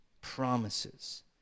promises